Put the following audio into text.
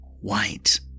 white